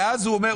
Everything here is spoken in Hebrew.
ואז הוא אומר,